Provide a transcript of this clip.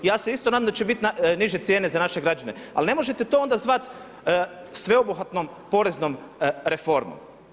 Ja se isto nadam da će biti niže cijene za naše građane, ali ne možete to onda zvati sveobuhvatnom poreznom reformom.